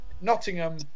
Nottingham